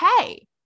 okay